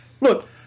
Look